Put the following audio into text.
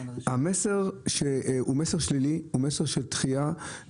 המסר הוא מסר שלילי ומסר של דחייה,